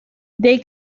they